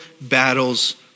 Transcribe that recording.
battles